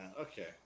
Okay